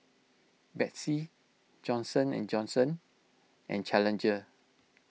Betsy Johnson and Johnson and Challenger